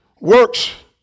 works